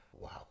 Wow